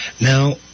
Now